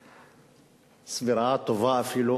בצורה סבירה, טובה אפילו.